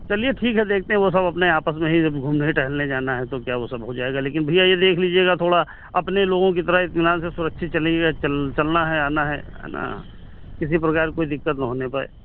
चलिए ठीक है देखते हैं वह सब अपने आपस में हीं जब घूमने टहलने ही जाना है तो उ सब हो जाएगा लेकिन भैया यह देख लीजिएगा थोड़ा अपने लोगों कि तरह इत्मीनान से सुरक्षित चलिएगा चल चलना है आना है है ना किसी प्रकार का कोई दिक़्क़त ना होने पाए